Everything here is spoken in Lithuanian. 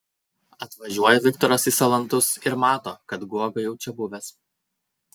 atvažiuoja viktoras į salantus ir mato kad guoga jau čia buvęs